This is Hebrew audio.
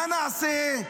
מה נעשה?